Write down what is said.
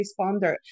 responder